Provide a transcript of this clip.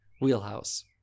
wheelhouse